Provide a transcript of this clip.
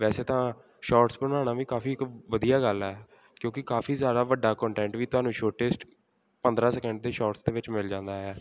ਵੈਸੇ ਤਾਂ ਸ਼ੋਟਸ ਬਣਾਉਣਾ ਵੀ ਕਾਫੀ ਇੱਕ ਵਧੀਆ ਗੱਲ ਹੈ ਕਿਉਂਕਿ ਕਾਫੀ ਸਾਰਾ ਵੱਡਾ ਕੋਨਟੈਂਟ ਵੀ ਤੁਹਾਨੂੰ ਛੋਟੇ ਪੰਦਰਾਂ ਸਕਿੰਟ ਦੇ ਸ਼ੋਟਸ ਦੇ ਵਿੱਚ ਮਿਲ ਜਾਂਦਾ ਹੈ